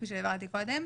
כפי שהבהרתי קודם,